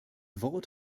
wort